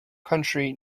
country